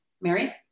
Mary